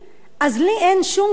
אז לי אין שום קדימות